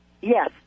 Yes